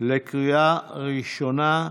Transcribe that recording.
לקריאה ראשונה,